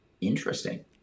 Interesting